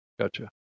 Gotcha